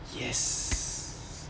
yes